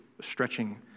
stretching